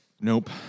Nope